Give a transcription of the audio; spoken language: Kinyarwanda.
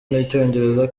n’icyongereza